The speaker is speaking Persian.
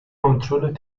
کنترل